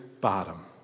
bottom